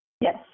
Yes